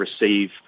receive